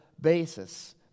basis